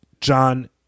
John